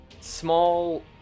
small